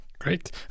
Great